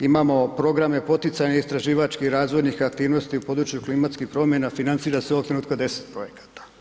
Imamo programe poticajnih istraživačkih razvojnih aktivnosti u području klimatskih promjena, financira se ovog trenutka 10 projekata.